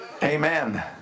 Amen